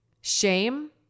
shame